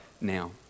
now